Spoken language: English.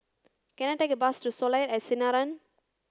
can I take a bus to Soleil at Sinaran